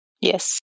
Yes